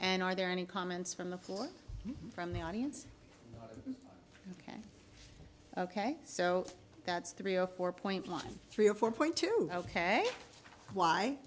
and are there any comments from the floor from the audience ok ok so that's three or four point one three or four point two no ok why